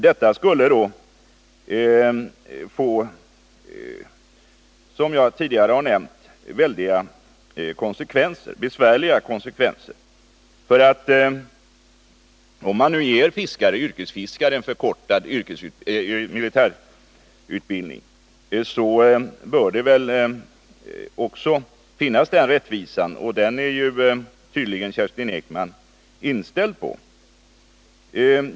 Detta skulle få besvärliga konsekvenser, som jag tidigare har nämnt. Om man nu ger yrkesfiskare förkortad militärutbildning, så uppstår lätt krav på samma favörer för andra yrkesgrupper.